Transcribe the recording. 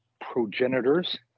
progenitors